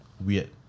weird